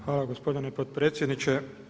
Hvala gospodine potpredsjedniče.